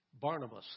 Barnabas